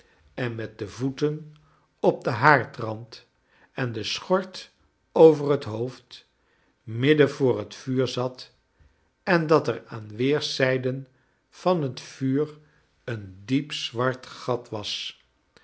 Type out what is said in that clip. en met de voeten op den haardrand en de schort over het hoofd midden voor het vuur zat en dat er aan weerszijden van het vuur een diep zwart gat was